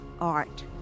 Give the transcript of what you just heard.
art